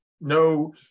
no